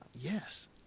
Yes